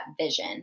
vision